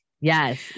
Yes